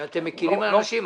שאתם מקילים על אנשים.